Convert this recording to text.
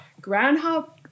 Groundhog